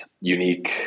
unique